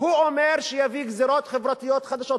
הוא אומר שיביא גזירות חברתיות חדשות.